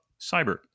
cyber